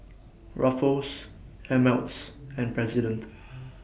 Ruffles Ameltz and President